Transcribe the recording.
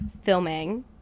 filming